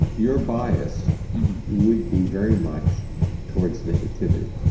your bias would be very much towards negativity